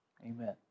Amen